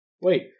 Wait